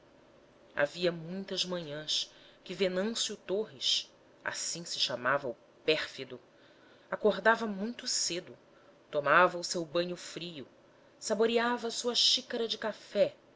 havia muitas manhãs que venâncio torres assim se chamava o pérfido acordava muito cedo tomava o seu banho frio saboreava sua xícara de café